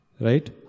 Right